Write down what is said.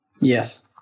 Yes